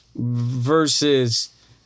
versus